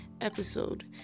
episode